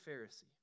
Pharisee